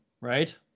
right